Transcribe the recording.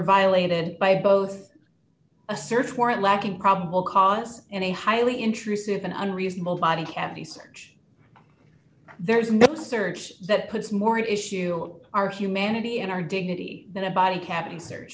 violated by both a search warrant lacking probable cause and a highly intrusive an unreasonable body cavity search there is no search that puts more issue on our humanity and our dignity than a body cavity search